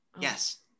Yes